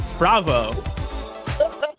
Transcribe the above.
Bravo